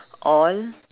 all